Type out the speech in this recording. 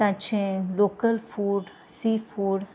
तांचें local food sea food